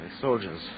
soldiers